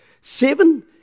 Seven